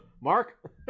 Mark